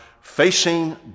facing